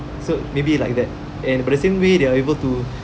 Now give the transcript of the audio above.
so maybe like that and but the same way they are able to